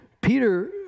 Peter